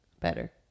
better